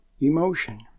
Emotion